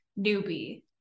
newbie